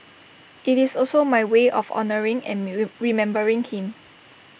IT is also my way of honouring and remembering him